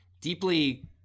deeply